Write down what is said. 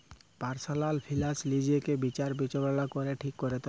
personal finance লিজকে বিচার বিবচলা ক্যরে ঠিক ক্যরতে হুব্যে